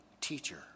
teacher